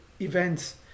events